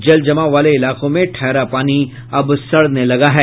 जलजमाव वाले इलाकों में ठहरा पानी अब सड़ने लगा है